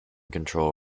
control